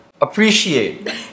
appreciate